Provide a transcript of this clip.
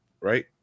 Right